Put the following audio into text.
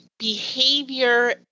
behavior